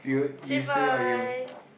three points